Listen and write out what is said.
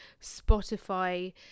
Spotify